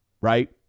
Right